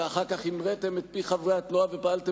ואחר כך המריתם את פי חברי התנועה ופעלתם